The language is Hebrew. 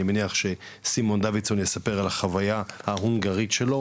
אני מניח שסימון דוידסון יספר על החוויה ההונגרית שלו,